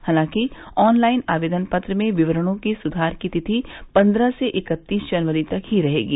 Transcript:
हालांकि ऑनलाइन आवेदन पत्र में विवरणों में सुधार की तिथि पन्द्रह से इकत्तीस जनवरी तक ही रहेगी